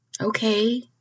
Okay